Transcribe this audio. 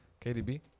KDB